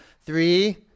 Three